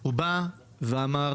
-- ואנחנו,